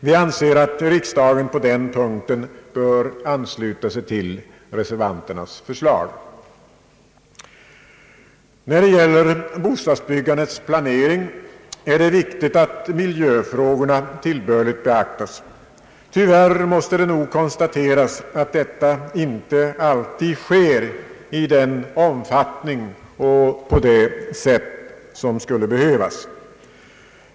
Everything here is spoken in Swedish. Vi anser att riksdagen på den punkten bör ansluta sig till reservanternas förslag. När det gäller bostadsbyggandets planering är det viktigt att miljöfrågorna tillbörligt beaktas. Tyvärr måste det nog konstateras att detta inte alltid sker i den omfattning och på det sätt som skulle behövas.